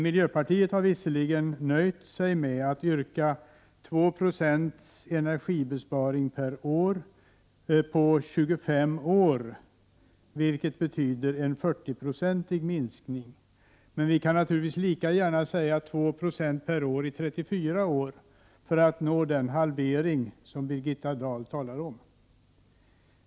Miljöpartiet har visserligen nöjt sig med att yrka på 2 96 energibesparing per år i 25 år, vilket betyder en 40-procentig minskning, men vi kan naturligtvis lika gärna säga 2 96 per år i 34 år för att nå den halvering som Birgitta Dahl talar om.